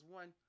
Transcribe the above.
one